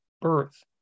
birth